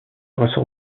ressort